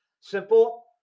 simple